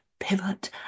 Pivot